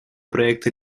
проекта